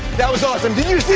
that was awesome. did you see